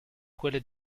quelle